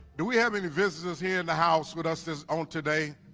do we have any visitors here in the house with us this on today?